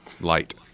light